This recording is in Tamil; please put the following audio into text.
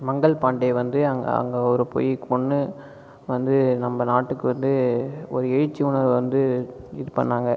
மங்கள்பாண்டே வந்து அங்கே அவரை போய் கொன்று வந்து நம்ம நாட்டுக்கு வந்து ஒரு எழுச்சி உணர்வை வந்து இது பண்ணாங்க